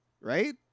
Right